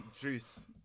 juice